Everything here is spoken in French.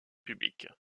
publique